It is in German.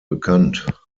bekannt